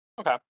Okay